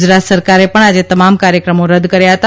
ગુજરાત સરકારે પણ આજે તમામ કાર્યક્રમોદ્ ઋર્યાહતા